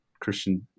Christian